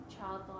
child